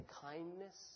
kindness